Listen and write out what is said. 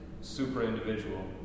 super-individual